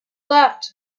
left